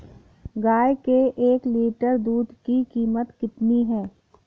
गाय के एक लीटर दूध की कीमत कितनी है?